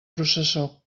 processó